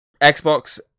Xbox